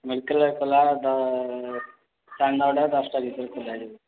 medical ଖୋଲା ଦ ସାଢ଼େ ନଅଟା ଦଶଟା ଭିତରେ ଖୋଲାଯିବ